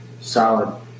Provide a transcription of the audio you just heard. solid